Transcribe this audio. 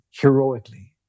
heroically